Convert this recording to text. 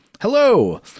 Hello